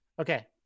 Okay